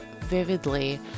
vividly